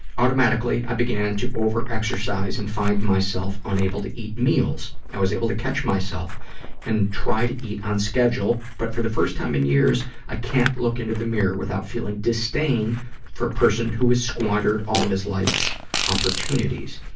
automatically, i began to over-exercise and find myself unable to eat meals. i was able to catch myself and try to eat on schedule, but for the first time in years, i can't look into the mirror without feeling disdain for a person who has squandered all of his life's opportunities.